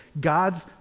God's